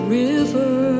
river